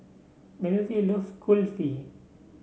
Mallory love Kulfi